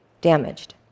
damaged